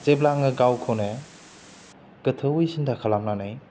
जेब्ला आङो गावखौनो गोथौवै सिन्था खालामनानै